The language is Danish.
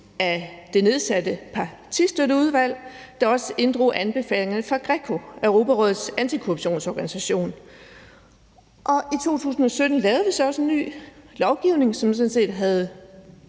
fra det nedsatte partistøtteudvalg, der også inddrog anbefalingerne fra GRECO, Europarådets antikorruptionsorganisation. I 2017 lavede vi så også en ny lovgivning, som sådan set havde